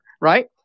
Right